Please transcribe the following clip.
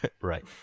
right